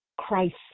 Christ